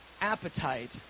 appetite